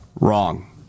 Wrong